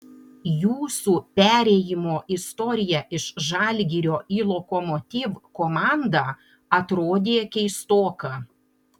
jūsų perėjimo istorija iš žalgirio į lokomotiv komandą atrodė keistoka